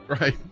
Right